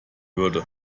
würde